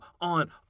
on